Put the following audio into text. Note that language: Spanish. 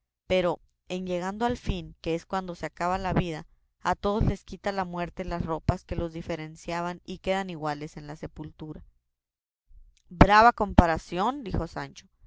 pero en llegando al fin que es cuando se acaba la vida a todos les quita la muerte las ropas que los diferenciaban y quedan iguales en la sepultura brava comparación dijo sancho